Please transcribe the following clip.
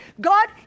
God